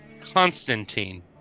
Constantine